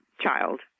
child